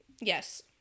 Yes